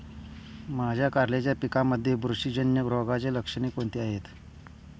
माझ्या कारल्याच्या पिकामध्ये बुरशीजन्य रोगाची लक्षणे कोणती आहेत?